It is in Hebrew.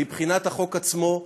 מבחינת החוק עצמו,